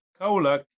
Kaulak